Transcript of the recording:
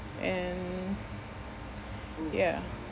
and ya